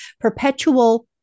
perpetual